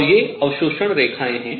और ये अवशोषण रेखाएं हैं